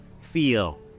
feel